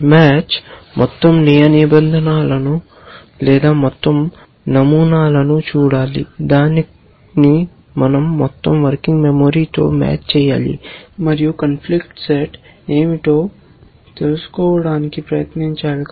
match మొత్తం నియమ నిబంధనలను లేదా మొత్తం నమూనాలను చూడాలి దానిని మనం మొత్తం వర్కింగ్ మెమొరీ తో మ్యాచ్ చేయాలి మరియు కాన్ఫ్లిక్ట్ సెట్ ఏమిటో తెలుసుకోవడానికి ప్రయత్నించాలి